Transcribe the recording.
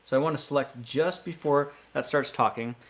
so want to select just before that starts talking.